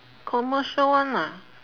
commercial one ah